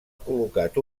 col·locat